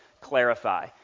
clarify